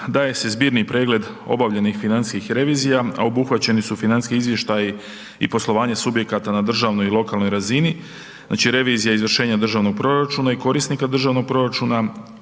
daje se zbirni pregled obavljenih financijskih revizija, a obuhvaćeni su financijski izvještaji i poslovanje subjekata na državnoj i lokalnoj razini, znači revizija izvršenja državnog proračuna i korisnika državnog proračuna,